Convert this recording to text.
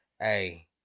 Hey